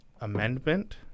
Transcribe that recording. amendment